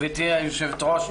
גברתי יושבת הראש,